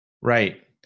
Right